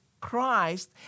Christ